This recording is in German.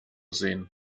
sehen